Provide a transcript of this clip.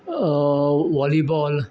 volleyball